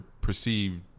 perceived